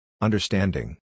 Understanding